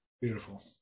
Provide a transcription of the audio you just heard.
beautiful